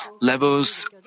levels